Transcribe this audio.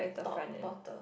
top bottom